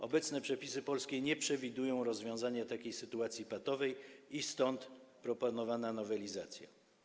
Obecne polskie przepisy nie przewidują rozwiązania takiej sytuacji patowej i stąd proponowana nowelizacja.